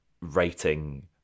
writing